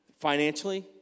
financially